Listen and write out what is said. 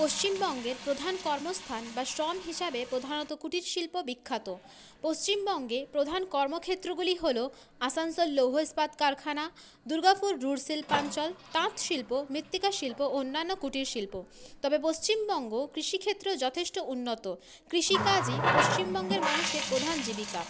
পশ্চিমবঙ্গের প্রধান কর্মস্থান বা শ্রম হিসাবে প্রধানত কুটির শিল্প বিখ্যাত পশ্চিমবঙ্গে প্রধান কর্মক্ষেত্রগুলি হলো আসানসোল লৌহ ইস্পাত কারখানা দুর্গাপুর রূঢ় শিল্পাঞ্চল তাঁতশিল্প মৃত্তিকাশিল্প অন্যান্য কুটিরশিল্প তবে পশ্চিমবঙ্গ কৃষিক্ষেত্রেও যথেষ্ট উন্নত কৃষিকাজই পশ্চিমবঙ্গের মানুষের প্রধান জীবিকা